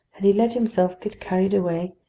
had he let himself get carried away,